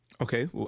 Okay